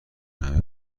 همه